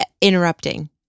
interrupting